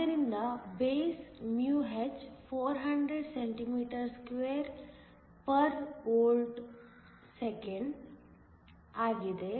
ಆದ್ದರಿಂದ base μh 400 cm2 V 1 s 1 ಆಗಿದೆ